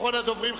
אחרון הדוברים,